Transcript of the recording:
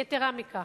יתירה מכך,